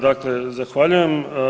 Dakle zahvaljujem.